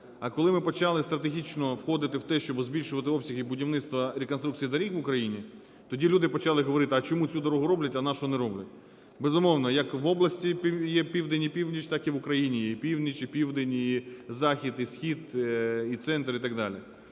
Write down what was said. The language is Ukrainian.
А коли ми почали стратегічно входити в те, щоби збільшувати обсяги будівництва, реконструкції доріг в Україні, тоді люди почали говорити: а чому цю дорогу роблять, а нашу не роблять? Безумовно, як в області є південь і північ, так і в Україні є і північ, і південь, і захід, і схід, і центр і так далі.